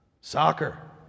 Soccer